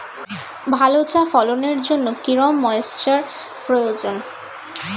ভালো চা ফলনের জন্য কেরম ময়স্চার প্রয়োজন?